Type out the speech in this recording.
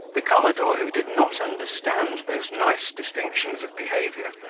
the commodore, who did not understand those nice distinctions of behaviour,